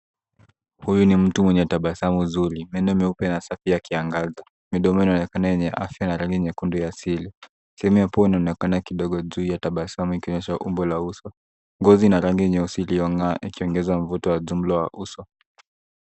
Huyu ni mtu mwenye tabasamu zuri. Meno meupe na safi yakiangaza. Midomo inaonekana yenye afya na rangi nyekundu ya asili. Sehemu ya pua inaonekana kidogo juu ya tabasamu ikionyesha umbo la uso. Ngozi na rangi nyeusi iliyong'aa ikiongeza mvuto wa jumla wa uso.